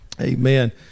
Amen